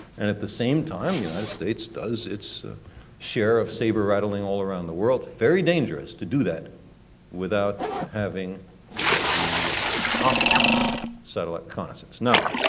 and at the same time, the united states does its share of saber rattling all around the world. it's very dangerous to do that without having the optimum satellite reconnaissance. now,